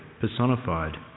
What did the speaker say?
personified